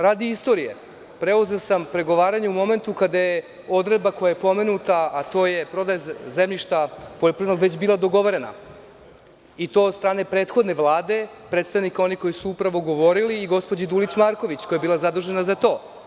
Radi istorije, preuzeo sam pregovaranje u momentu kada je odredba koja je pomenuta, a to je da je prodaja poljoprivrednog zemljišta već bila dogovorena, i to od strane prethodne Vlade, predstavnika onih koji su upravo govorili i gospođe Dulić Marković, koja je bila zadužena za to.